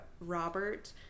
Robert